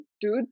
Dude